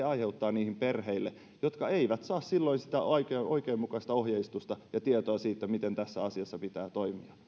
aiheuttaa niille perheille jotka eivät saa silloin sitä oikeudenmukaista ohjeistusta ja tietoa siitä miten tässä asiassa pitää toimia